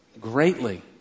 greatly